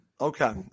Okay